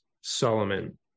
Solomon